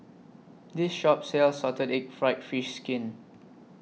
This Shop sells Salted Egg Fried Fish Skin